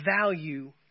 value